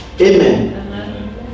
Amen